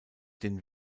den